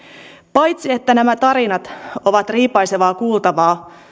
paitsi että nämä tarinat ovat riipaisevaa kuultavaa